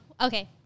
okay